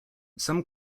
some